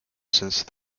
since